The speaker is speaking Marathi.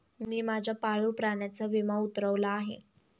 मी माझ्या पाळीव प्राण्याचा विमा उतरवला आहे